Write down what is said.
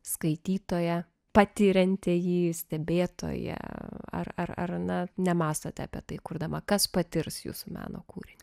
skaitytoją patirianti jį stebėtoja ar ar ne nemąstote apie tai kurdama kas patirs jūsų meno kūrinį